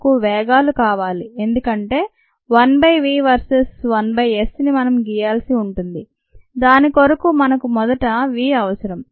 మనకు వేగాలు కావాలి ఎందుకంటే 1 by v versus 1 by s ని మనం గీయాల్సి ఉంటుంది దాని కొరకు మనకు మొదట v అవసరం